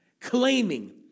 claiming